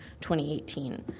2018